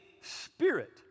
spirit